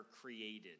created